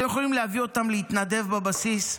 אתם יכולים להביא אותם להתנדב בבסיס,